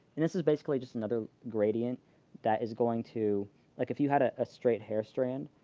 and this is basically just another gradient that is going to like if you had a ah straight hair strand,